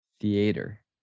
theater